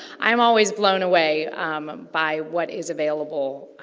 i'm always blown away by what is available.